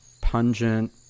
pungent